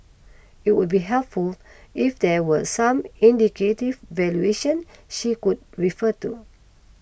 it would be helpful if there were some indicative valuation she could refer to